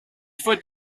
faut